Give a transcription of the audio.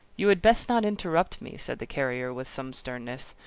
you had best not interrupt me, said the carrier with some sternness,